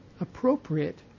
appropriate